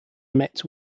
mets